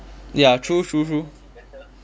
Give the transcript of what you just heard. ya true true true